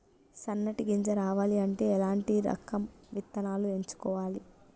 సన్నటి గింజ రావాలి అంటే ఎలాంటి రకం విత్తనాలు ఎంచుకోవాలి?